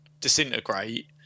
disintegrate